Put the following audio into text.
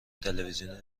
تلویزیونی